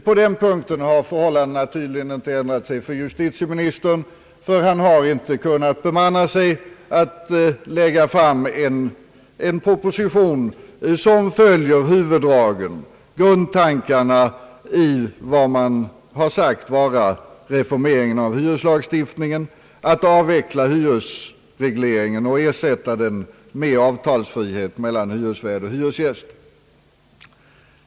På den punkten har förhållandena tydligen inte ändrat sig för justitieministern, ty han har inte kunnat ta mod till sig att lägga fram en proposition som följer huvuddragen, grundtankarna i vad som har sagts vara reformeringen av hyreslagstiftningen: att avveckla hyresregleringen och att ersätta den med avtalsfrihet mellan hyresvärd och hyresgäst.